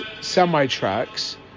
semi-trucks